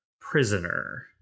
prisoner